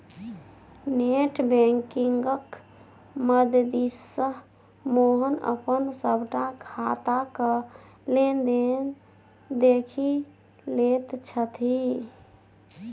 net बैंकिंगक मददिसँ मोहन अपन सभटा खाताक लेन देन देखि लैत छथि